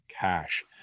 cash